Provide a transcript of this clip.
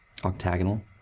octagonal